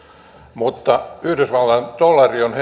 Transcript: mutta yhdysvaltain dollari on